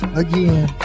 again